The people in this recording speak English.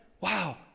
wow